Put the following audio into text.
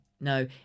no